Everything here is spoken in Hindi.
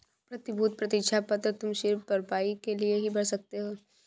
प्रतिभूति प्रतिज्ञा पत्र तुम सिर्फ भरपाई के लिए ही भर सकते हो